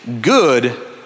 good